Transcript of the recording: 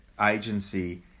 agency